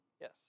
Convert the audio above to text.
Yes